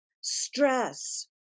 stress